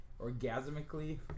orgasmically